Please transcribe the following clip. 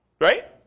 Right